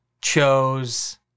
chose